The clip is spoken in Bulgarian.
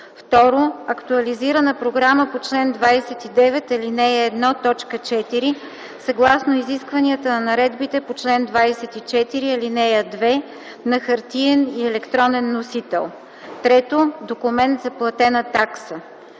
2. актуализирана програма по чл. 29, ал. 1, т. 4 съгласно изискванията на наредбите по чл. 24, ал. 2 на хартиен и електронен носител; 3. документ за платена такса.